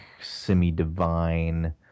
semi-divine